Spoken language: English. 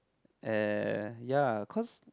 eh ya cause